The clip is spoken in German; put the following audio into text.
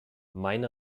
meine